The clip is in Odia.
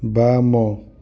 ବାମ